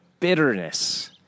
bitterness